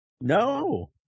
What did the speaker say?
No